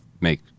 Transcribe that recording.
make